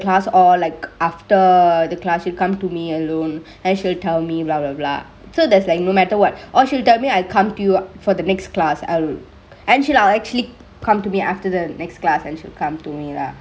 class or like after the class she'll come to me alone and she'll tell me blah blah blah so there's like no matter what or she'll tell me I come to you for the next class I will and she'll actually come to me after the next class and she'll come to me lah